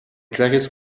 clarisses